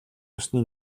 ёсны